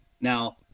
Now